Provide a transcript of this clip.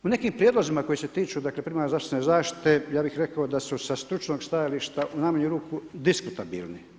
U nekim prijedlozima koji se tiču primarne zdravstvene zaštite, ja bih rekao da su sa stručnog stajališta u najmanju ruku, diskutabilni.